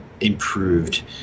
improved